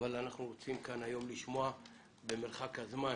נרצה לשמוע היום במרחק זמן